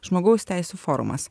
žmogaus teisių forumas